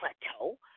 plateau